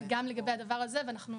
לגבי הדבר הזה, ואנחנו